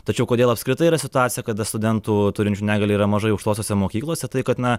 tačiau kodėl apskritai yra situacija kada studentų turinčių negalią yra mažai aukštosiose mokyklose tai kad na